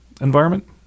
environment